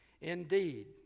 Indeed